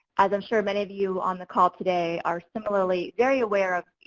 as i'm sure many of you on the call today, are similarly very aware of,